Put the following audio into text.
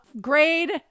grade